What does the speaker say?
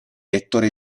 ettore